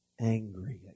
angry